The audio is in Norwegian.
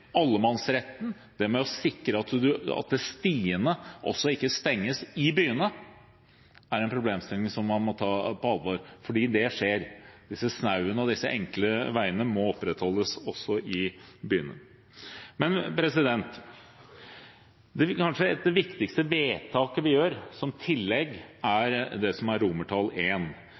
Allemannsretten, dette med å sikre at stiene heller ikke stenges i byene, er en problemstilling som man må ta på alvor – for det skjer. Disse smauene og disse enkle veiene må opprettholdes, også i byene. Det kanskje viktigste vedtaket vi gjør som tillegg, er det som er